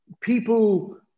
people